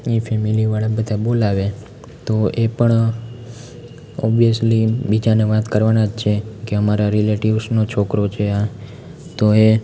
ઈ family વ્હાલા બધા બોલાવે તો એ પણ ઓબવીયસલી બીજાને વાત કરવાના જ છે કે અમારા રિલેટિવ્સનો છોકરો છે આ તો એ